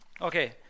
Okay